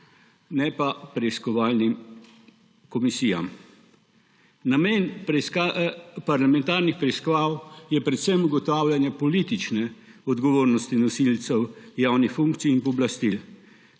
ne pa preiskovalnim komisijam. Namen parlamentarnih preiskav je predvsem ugotavljanje politične odgovornosti nosilcev javnih funkcij in pooblastil.